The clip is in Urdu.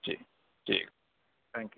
جی ٹھیک ہے تھینک یو